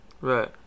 right